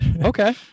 Okay